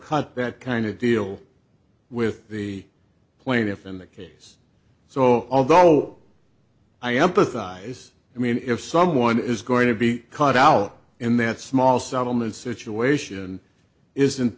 cut that kind of deal with the plaintiff in the case so although i empathize i mean if someone is going to be caught out in that small settlement situation isn't